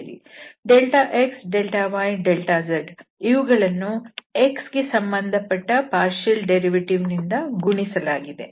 δx δy δz ಇವುಗಳನ್ನು x ಗೆ ಸಂಬಂಧಪಟ್ಟ ಈ ಭಾಗಶಃ ಉತ್ಪನ್ನ ನಿಂದ ಗುಣಿಸಲಾಗಿದೆ